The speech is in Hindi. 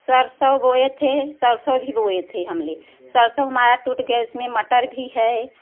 सरसों बोए थे सरसों भी बोए थे हमने सरसों हमारा टूट गया उसमें मटर भी है